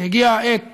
והגיעה העת